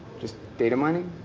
just data-mining?